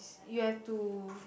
you have to